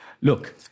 Look